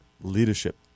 leadership